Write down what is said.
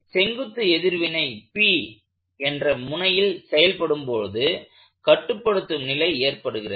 செங்குத்து எதிர்வினை P என்ற முனையில் செயல்படும்போது கட்டுப்படுத்தும் நிலை ஏற்படுகிறது